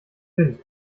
wind